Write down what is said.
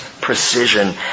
precision